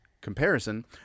comparison